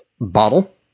bottle